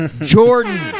Jordan